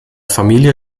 familie